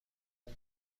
خون